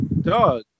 dog